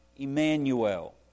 Emmanuel